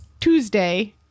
Tuesday